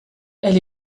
elle